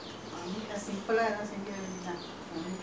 இத இது சுத்தம் பண்ணுவல:itha ithu suttam pannuvaella